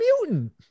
mutant